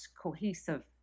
cohesive